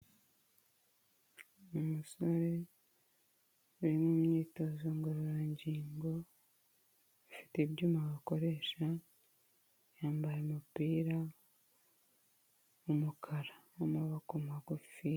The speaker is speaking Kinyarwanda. Ni umusore uri mu myitozo ngororangingo afite ibyuma bakoresha, yambaye umupira w'umukara n'amaboko magufi.